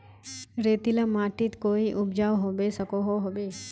रेतीला माटित कोई उपजाऊ होबे सकोहो होबे?